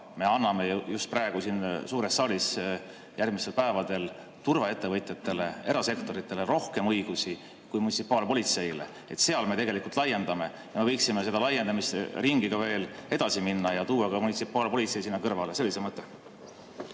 me anname just praegu siin suures saalis järgmistel päevadel turvaettevõtjatele, erasektorile rohkem õigusi kui munitsipaalpolitseile. Seal me tegelikult laiendame. Me võiksime selle laiendamisringiga veel edasi minna ja tuua ka munitsipaalpolitsei sinna kõrvale. See oli see mõte.